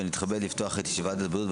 ואני מתכבד לפתוח את ישיבת הוועדה.